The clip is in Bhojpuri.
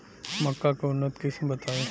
मक्का के उन्नत किस्म बताई?